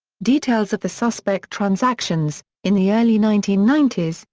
details of the suspect transactions in the early nineteen ninety s,